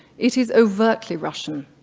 it is overtly russian.